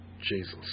Jesus